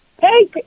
hey